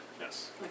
Yes